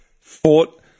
fought